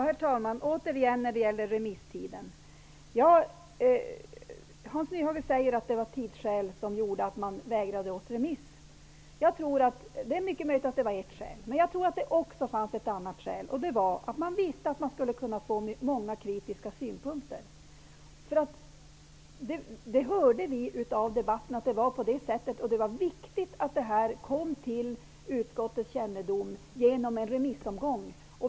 Herr talman! Åter till remisstiden! Hans Nyhage sade att det var tidsskäl som gjorde att man vägrade oss remiss. Det är mycket möjligt att det var ett av skälen. Men jag tror att det också fanns ett annat skäl, och det var att man visste att man skulle kunna få in många kritiska synpunkter. Vi hörde i debatten att det var så. Det var viktigt att det kom till utskottes kännedom genom en remissomgång.